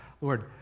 Lord